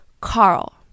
Carl